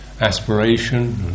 aspiration